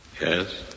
Yes